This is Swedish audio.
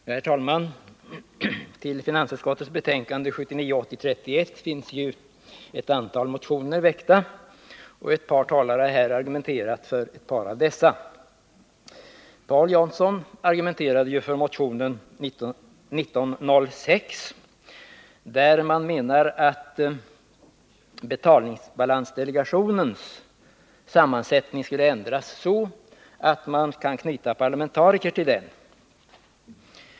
Herr talman! I finansutskottets betänkande 1979/80:31 behandlas ett antal motioner. Några talare har här argumenterat för ett par av dessa. Paul Jansson argumenterade för motionen 1906, där det föreslås att betalningsbalansdelegationens sammansättning skall ändras, så att man kan knyta parlamentariker till den.